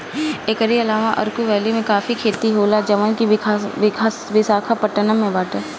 एकरी अलावा अरकू वैली में काफी के खेती होला जवन की विशाखापट्टनम में बाटे